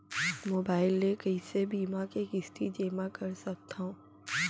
Mobile ले कइसे बीमा के किस्ती जेमा कर सकथव?